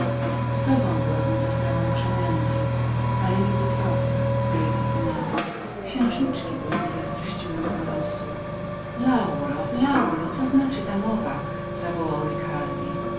z tobą byłabym doznała może nędzy ale nigdy trosk zgryzot i nudy księżniczki byłyby zazdrościły mego losu lauro lauro co znaczy ta mowa zawołał